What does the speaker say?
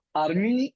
army